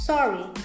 Sorry